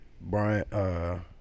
Brian